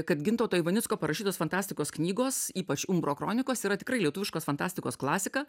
kad gintauto ivanicko parašytos fantastikos knygos ypač umbro kronikos yra tikrai lietuviškos fantastikos klasika